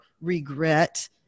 regret